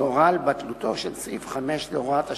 שהורה על בטלותו של סעיף 5 להוראת השעה,